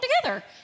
together